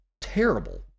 terrible